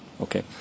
Okay